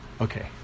Okay